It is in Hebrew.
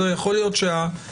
יכול להיות שהנורמה,